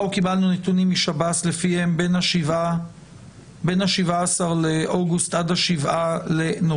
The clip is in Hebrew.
אנחנו קיבלנו נתונים משב"ס לפיהם בין ה-17 באוגוסט עד 7 בנובמבר,